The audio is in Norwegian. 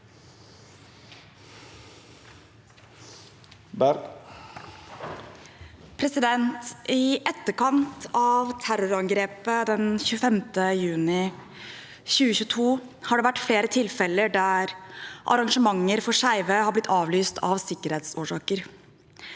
I etter- kant av terrorangrepet 25. juni 2022 har det vært flere tilfeller der arrangementer for skeive har blitt avlyst av sikkerhetsårsaker.